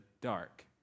dark